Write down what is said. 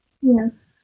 Yes